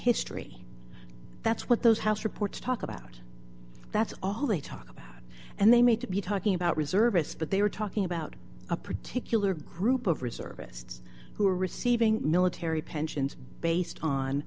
history that's what those house reports talk about that's all they talk about and they made to be talking about reservists but they were talking about a particular group of reservists who were receiving military pensions based on